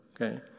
okay